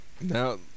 now